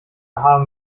haben